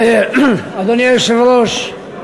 אדוני היושב-ראש,